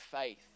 faith